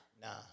Nah